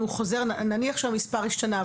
נניח שהמספר השתנה,